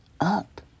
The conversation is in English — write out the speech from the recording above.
up